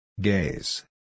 Gaze